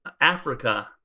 Africa